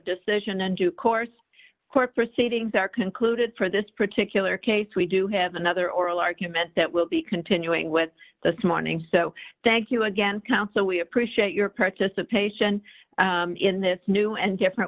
decision and due course court proceedings are concluded for this particular case we do have another oral argument that we'll be continuing with this morning so thank you again counsel we appreciate your participation in this new and different